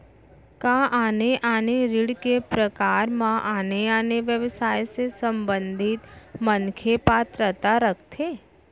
का आने आने ऋण के प्रकार म आने आने व्यवसाय से संबंधित मनखे पात्रता रखथे?